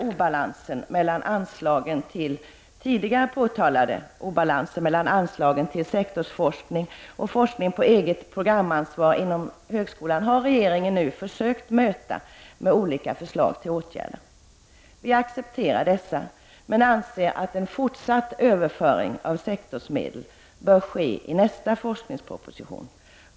Den av riksdagen tidigare påtalade obalansen mellan anslagen till sektorsforskning och forskning på eget programansvar inom högskolan har regeringen nu försökt möta med olika förslag till åtgärder. Vi accepterar dessa, men anser att en fortsatt överföring av sektorsmedel bör ske i nästa forskningsproposition.